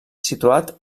situat